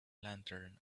lantern